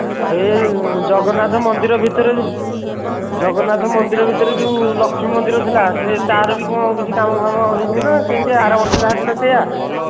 ଇଏ ଜଗନ୍ନାଥ ମନ୍ଦିର ଭିତରେ ଜଗନ୍ନାଥ ମନ୍ଦିର ଭିତରେ ଯେଉଁ ଲକ୍ଷ୍ମୀ ମନ୍ଦିର ଥିଲା ସେ ତାର ବି କ'ଣ କିଛି କାମ ଫାମ ହୋଇଛି ନା ସେମିତିଆ ଆର ବର୍ଷ ଯାହା ଥିଲା ସେୟା